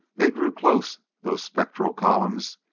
they grew close, those spectral columns,